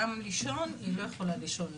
גם לישון היא לא יכולה לבד.